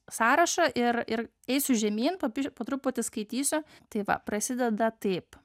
sąrašą ir ir eisiu žemyn po truputį skaitysiu tai va prasideda taip